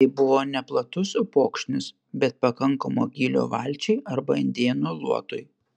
tai buvo neplatus upokšnis bet pakankamo gylio valčiai arba indėnų luotui